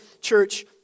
church